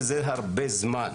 זה הרבה זמן.